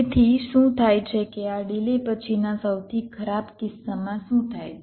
તેથી શું થાય છે કે આ ડિલે પછીના સૌથી ખરાબ કિસ્સામાં શું થાય છે